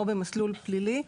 או במסלול פלילי.